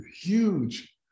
huge